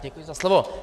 Děkuji za slovo.